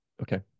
Okay